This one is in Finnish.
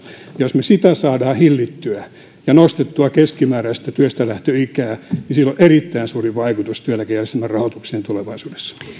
jos me sitä saamme hillittyä ja nostettua keskimääräistä työstälähtöikää sillä on erittäin suuri vaikutus työeläkejärjestelmän rahoitukseen tulevaisuudessa